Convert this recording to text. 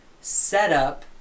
setup